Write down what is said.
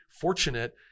fortunate